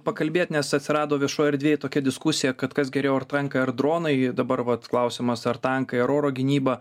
pakalbėt nes atsirado viešoj erdvėj tokia diskusija kad kas geriau ar tankai ar dronai dabar vat klausimas ar tankai ar oro gynyba